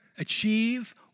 achieve